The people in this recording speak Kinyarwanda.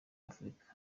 afurika